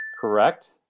Correct